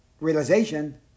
realization